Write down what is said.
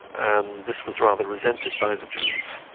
and this was rather resented by the jews.